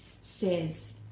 says